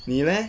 你 leh